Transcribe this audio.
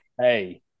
hey